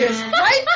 right